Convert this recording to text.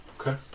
Okay